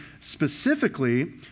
specifically